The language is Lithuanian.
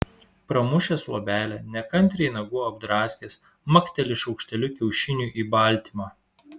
pramušęs luobelę nekantriai nagu apdraskęs makteli šaukšteliu kiaušiniui į baltymą